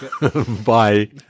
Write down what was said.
Bye